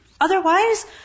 Otherwise